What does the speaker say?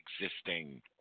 existing